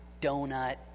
donut